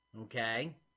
Okay